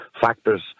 factors